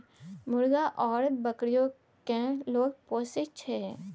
मुर्गा आउर बकरीयो केँ लोग पोसय छै